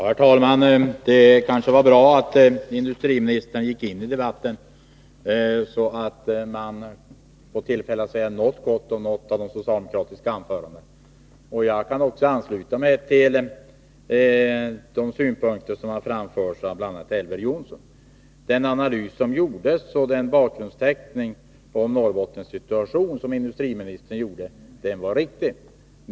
Herr talman! Det kanske var bra att industriministern gick in i debatten så att man får tillfälle att säga något gott om något av de socialdemokratiska anförandena. Jag kan också ansluta mig till de synpunkter som har framförts av bl.a. Elver Jonsson. Den analys och den bakgrundsteckning av Norrbottens situation som industriministern gjorde var riktig.